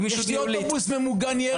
ברור, יש גם אוטובוס ממוגן ירי.